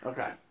Okay